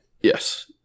Yes